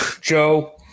Joe